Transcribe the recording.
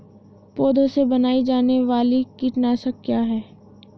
पौधों से बनाई जाने वाली कीटनाशक क्या है?